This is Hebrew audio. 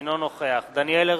אינו נוכח דניאל הרשקוביץ,